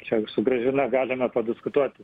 čia jau su gražina galime padiskutuoti